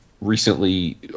Recently